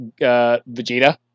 Vegeta